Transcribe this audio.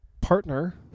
partner